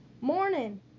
morning